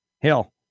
Hill